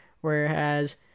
whereas